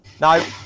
No